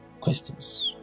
questions